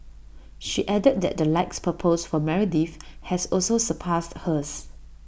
she added that the likes per post for Meredith has also surpassed hers